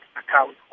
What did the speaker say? account